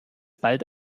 bald